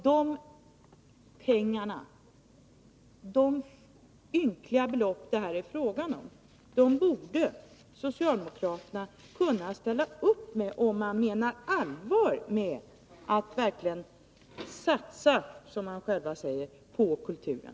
De ynkliga belopp det här är fråga om borde socialdemokraterna kunna ställa upp med om man menar allvar med att satsa, som man själv säger, på kulturen.